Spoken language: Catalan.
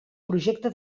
projecte